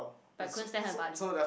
but I couldn't stand her barley